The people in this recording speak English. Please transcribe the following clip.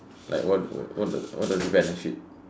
like what what does it benefit